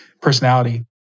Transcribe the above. personality